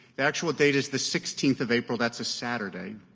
the actual date is the sixteenth of april. that's a saturday.